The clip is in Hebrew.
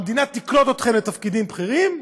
המדינה תקלוט אתכם לתפקידים בכירים,